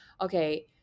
okay